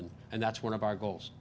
and and that's one of our goals